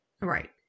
Right